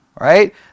right